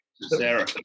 Sarah